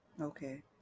Okay